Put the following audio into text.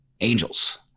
angels